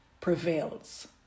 prevails